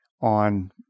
on